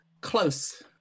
close